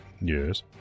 Yes